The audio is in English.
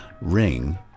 ring